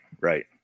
right